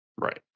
right